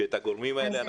כדי שנגביר את הגורמים האלה.